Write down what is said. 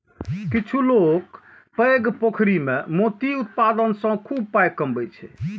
किछु लोक पैघ पोखरि मे मोती उत्पादन सं खूब पाइ कमबै छै